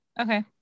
Okay